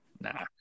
Nah